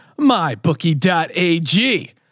MyBookie.ag